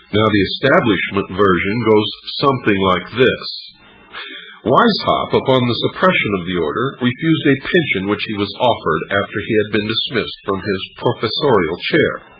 now, the establishment version goes something like this weishaupt, ah upon the suppression of the order, refused a pension which he was offered after he had been dismissed from his professorial chair.